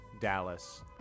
Dallas